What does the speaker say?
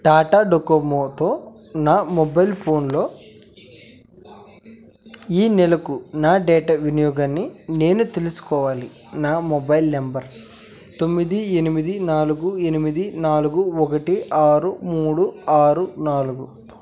టాటా డొకోమోతో నా మొబైల్ ఫోన్లో ఈ నెలకు నా డేటా వినియోగాన్ని నేను తెలుసుకోవాలి నా మొబైల్ నెంబర్ తొమ్మిది ఎనిమిది నాలుగు ఎనిమిది నాలుగు ఒకటి ఆరు మూడు ఆరు నాలుగు